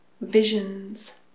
visions